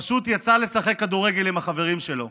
פשוט יצא לשחק כדורגל עם החברים שלו,